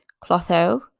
Clotho